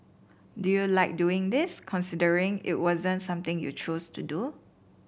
do you like doing this considering it wasn't something you chose to do